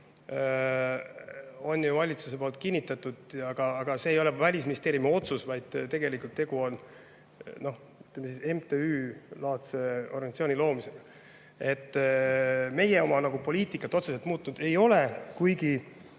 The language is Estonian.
on valitsus kinnitanud. See ei ole Välisministeeriumi otsus, vaid tegelikult tegu on, ütleme, MTÜ‑laadse organisatsiooni loomisega. Meie oma poliitikat otseselt muutnud ei ole, kuigi